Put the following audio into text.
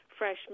freshmen